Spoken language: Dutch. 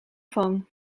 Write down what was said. van